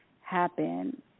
happen